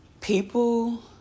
people